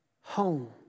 home